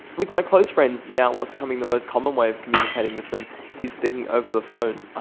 with my close friends now what's becoming the most common way of communicating with them is speaking over the phone,